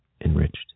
enriched